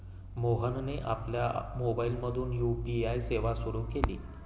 मोहनने आपल्या मोबाइलमधून यू.पी.आय सेवा सुरू केली